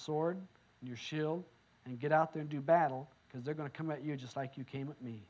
sword your shill and get out there do battle because they're going to come at you just like you came to me